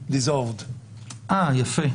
יפה.